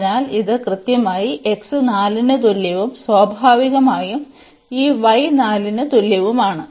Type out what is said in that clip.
അതിനാൽ ഇത് കൃത്യമായി x 4 ന് തുല്യവും സ്വാഭാവികമായും ഈ y 4 ന് തുല്യവുമാണ്